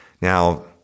Now